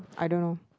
I don't know